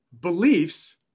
Beliefs